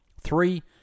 Three